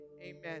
amen